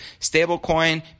stablecoin